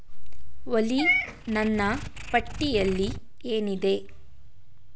ಒಲೀ ನನ್ನ ಪಟ್ಟಿಯಲ್ಲಿ ಏನಿದೆ